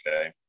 Okay